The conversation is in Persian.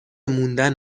موندن